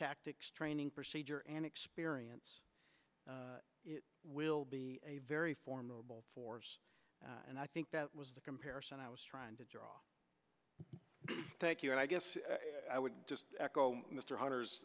tactics training procedure and experience it will be a very formidable force and i think that was the comparison i was trying to draw thank you and i guess i would just echo mr hunter